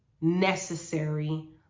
necessary